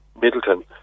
Middleton